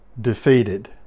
defeated